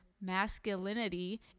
masculinity